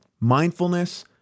Mindfulness